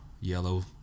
yellow